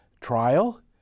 trial